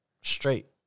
straight